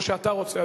או שאתה רוצה,